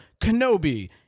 Kenobi